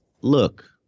look